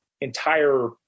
entire